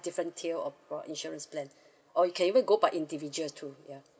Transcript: different tier of uh insurance plan or you can even go by individuals too ya